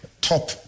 top